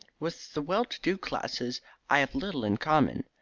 with the well-to-do classes i have little in common.